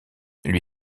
lui